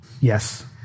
yes